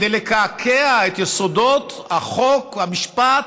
לקעקע את יסודות החוק, המשפט,